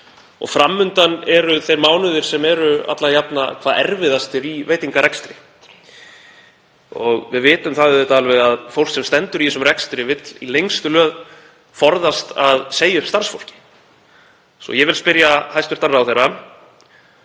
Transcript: og fram undan eru þeir mánuðir sem eru alla jafna hvað erfiðastir í veitingarekstri og við vitum alveg að fólk sem stendur í þessum rekstri vill í lengstu lög forðast að segja upp starfsfólki. Ég vil því spyrja hæstv. ráðherra